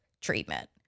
treatment